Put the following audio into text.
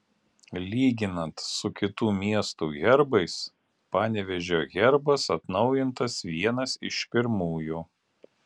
lyginant su kitų miestų herbais panevėžio herbas atnaujintas vienas iš pirmųjų